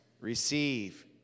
receive